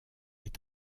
est